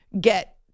get